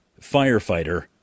firefighter